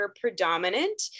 predominant